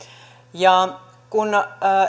kun